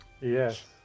yes